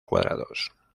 cuadrados